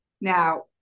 Now